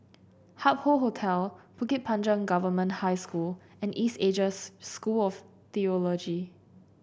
Hup Hoe Hotel Bukit Panjang Government High School and East Asia School of Theology